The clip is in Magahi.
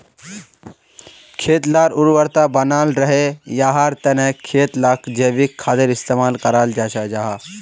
खेत लार उर्वरता बनाल रहे, याहार तने खेत लात जैविक खादेर इस्तेमाल कराल जाहा